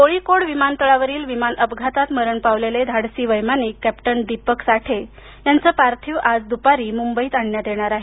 कोळीकोड विमानतळावरील विमान अपघातात मरण पावलेले शूर वैमानिक कॅप्टन दीपक साठे यांचे पार्थिव आज दुपारी मुंबईत आणण्यात येणार आहे